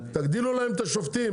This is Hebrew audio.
תגדילו להם את השופטים.